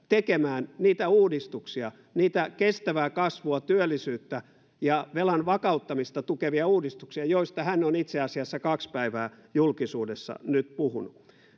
tekemään niitä uudistuksia niitä kestävää kasvua työllisyyttä ja velan vakauttamista tukevia uudistuksia joista hän on itse asiassa kaksi päivää julkisuudessa nyt puhunut